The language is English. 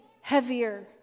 heavier